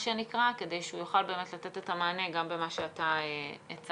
כדי שהוא יוכל לתת מענה גם במה שאתה הצגת.